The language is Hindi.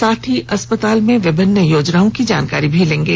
साथ ही अस्पताल में विभिन्न योजनाओं की जानकारी लेंगे